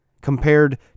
compared